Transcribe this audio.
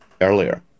earlier